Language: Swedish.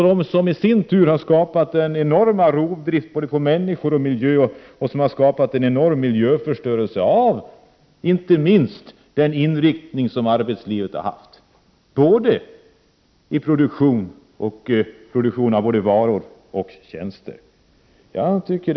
Det har i sin tur skapat en enorm rovdrift på både människor och miljö och en oerhörd miljöförstöring, inte minst med den inriktning som arbetslivet har haft, i produktionen av både varor och tjänster.